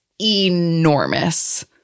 enormous